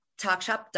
Talkshop